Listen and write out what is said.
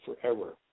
forever